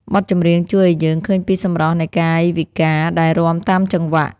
បទចម្រៀងជួយឱ្យយើងឃើញពីសម្រស់នៃកាយវិការដែលរាំតាមចង្វាក់។